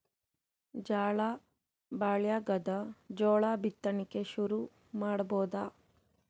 ಝಳಾ ಭಾಳಾಗ್ಯಾದ, ಜೋಳ ಬಿತ್ತಣಿಕಿ ಶುರು ಮಾಡಬೋದ?